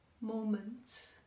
moments